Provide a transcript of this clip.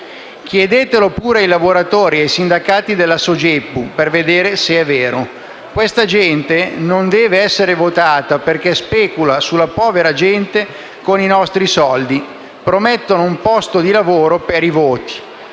chiedetelo pure ai lavoratori e ai sindacati della Sogepu per vedere se è vero. Questa gente non deve essere votata, perché specula sulla povera gente con i nostri soldi. Promettono un posto di lavoro per i voti.